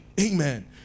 Amen